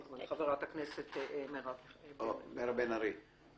חברת הכנסת מירב בן-ארי מצביעה במקום חבר הכנסת רועי פולקמן.